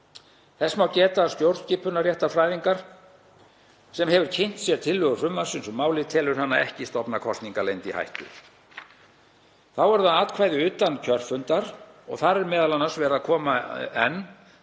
Þess má geta að stjórnskipunarréttarfræðingur sem hefur kynnt sér tillögur frumvarpsins um málið telur hana ekki stofna kosningaleynd í hættu. Þá eru það atkvæði utan kjörfundar en þar er m.a. enn verið að koma til